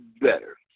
better